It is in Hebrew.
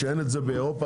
שאין את זה באירופה,